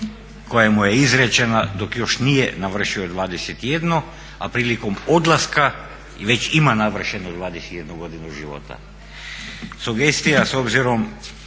koja mu je izrečena dok još nije navršio 21, a prilikom odlaska već ima navršeno 21 godinu života. Sugestija, a s obzirom